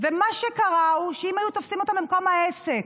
ומה שקרה הוא שאם היו תופסים אותן במקום העסק